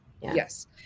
Yes